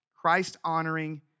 Christ-honoring